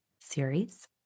series